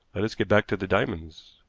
let us get back to the diamonds.